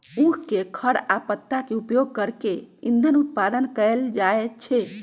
उख के खर आ पत्ता के उपयोग कऽ के इन्धन उत्पादन कएल जाइ छै